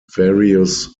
various